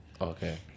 Okay